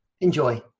Enjoy